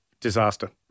Disaster